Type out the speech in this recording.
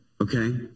okay